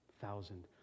thousand